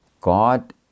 God